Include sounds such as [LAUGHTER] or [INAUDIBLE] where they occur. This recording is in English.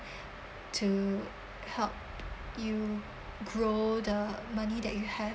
[BREATH] to help you grow the money that you have